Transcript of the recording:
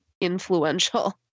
influential